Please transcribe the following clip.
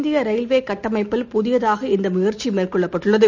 இந்தியரயில்வேகட்டமைப்பில் புதியதாக இந்தமுயற்சிமேற்கொள்ளப்பட்டுள்ளது